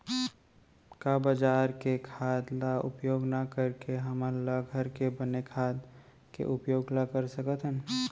का बजार के खाद ला उपयोग न करके हमन ल घर के बने खाद के उपयोग ल कर सकथन?